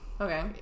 Okay